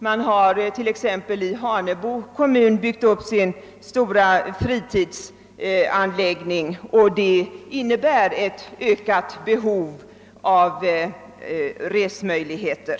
Hanebo kommun har exempelvis byggt upp sin stora fritidsanläggning, vilket innebär ett ökat behov av resmöjligheter.